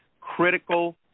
Critical